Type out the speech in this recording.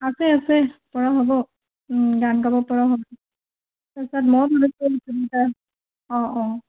আছে আছে পৰা হ'ব গান গাব পৰা হ'ব তাৰ পাছত ময়ো ভাবিছোঁ নতুনকৈ অঁ অঁ